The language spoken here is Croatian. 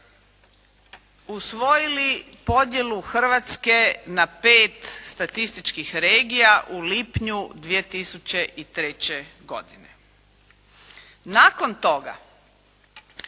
usvojili podjelu Hrvatske na pet statističkih regija u lipnju 2003. godine. Nakon toga